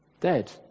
dead